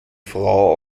frau